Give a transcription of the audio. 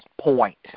point